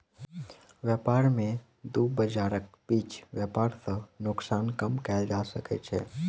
व्यापार में दू बजारक बीच व्यापार सॅ नोकसान कम कएल जा सकै छै